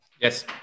Yes